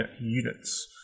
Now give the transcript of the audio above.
units